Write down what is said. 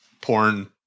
porn